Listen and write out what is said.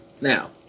now